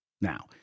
Now